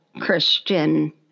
Christian